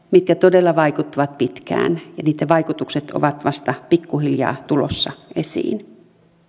mitkä todella vaikuttavat pitkään ja niitten vaikutukset ovat vasta pikkuhiljaa tulossa esiin